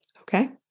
Okay